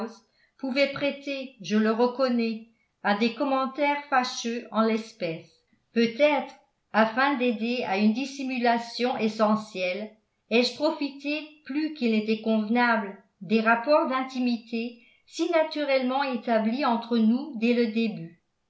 pouvait prêter je le reconnais à des commentaires fâcheux en l'espèce peut-être afin d'aider à une dissimulation essentielle ai-je profité plus qu'il n'était convenable des rapports d'intimité si naturellement établis entre nous dès le début